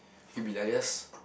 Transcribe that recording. you can be like just